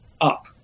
up